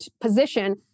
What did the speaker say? position